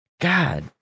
God